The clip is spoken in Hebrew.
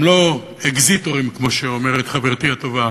הם לא "אקזיטורים", כמו שאומרת חברתי הטובה